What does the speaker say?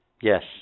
Yes